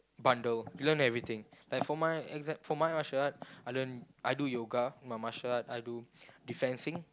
bundle you learn everything like for my exact~ for my martial art I learn I do yoga my martial art I do defensing